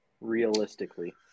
Realistically